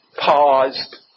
paused